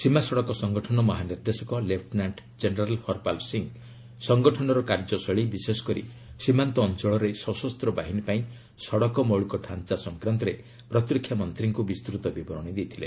ସୀମା ସଡକ ସଂଗଠନ ମହାନିର୍ଦ୍ଦେଶକ ଲେଫୁନାଣ୍ଟ ଜେନେରାଲ ହରପାଲ ସିଂ ସଂଗଠନର କାର୍ଯ୍ୟ ଶୈଳୀ ବିଶେଷକରି ସୀମାନ୍ତ ଅଞ୍ଚଳରେ ସଶସ୍ତ ବାହିନୀ ପାଇଁ ସଡକ ମୌଳିକ ଡାଞ୍ଚା ସଂକ୍ରାନ୍ତରେ ପ୍ରତିରକ୍ଷା ମନ୍ତ୍ରୀଙ୍କୁ ବିସ୍ତୂତ ବିବରଣୀ ଦେଇଥିଲେ